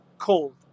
cold